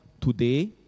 today